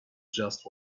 just